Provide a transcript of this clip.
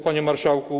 Panie Marszałku!